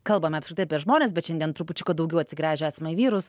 kalbame apskritai apie žmones bet šiandien trupučiuką daugiau atsigręžę esame į vyrus